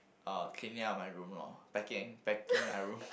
uh cleaning up my room lor packing packing my room